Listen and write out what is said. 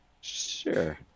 Sure